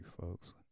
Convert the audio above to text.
folks